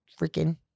freaking